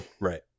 Right